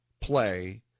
play